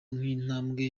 nk’intambwe